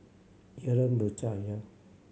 Jalan Berjaya